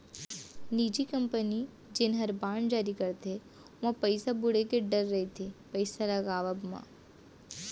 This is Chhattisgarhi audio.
निजी कंपनी जेन हर बांड जारी करथे ओमा पइसा बुड़े के डर रइथे पइसा लगावब म